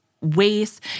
Waste